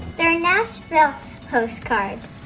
they're nashville postcards.